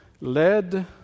led